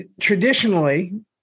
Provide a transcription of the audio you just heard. traditionally